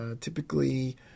Typically